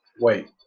Wait